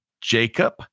Jacob